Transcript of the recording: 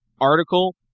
article